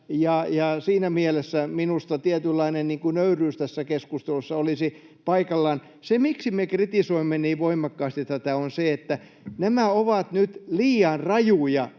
siinä mielessä minusta tietynlainen nöyryys tässä keskustelussa olisi paikallaan. Miksi me kritisoimme niin voimakkaasti tätä, johtuu siitä, että nämä leikkaukset ovat nyt liian rajuja,